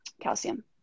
calcium